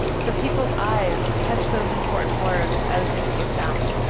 so people's eyes catch those important words as they skip down.